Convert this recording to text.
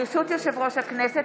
ברשות יושב-ראש הכנסת,